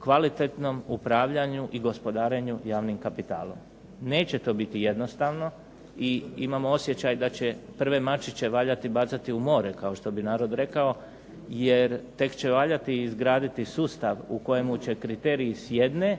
kvalitetnom upravljanju i gospodarenju javnim kapitalom. Neće to biti jednostavno i imam osjećaj da će prve mačiće valjati bacati u more, kao što bi narod rekao, jer tek će valjati izgraditi sustav u kojemu će kriterij s jedne,